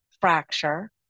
fracture